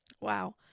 Wow